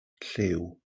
llyw